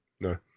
No